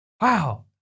Wow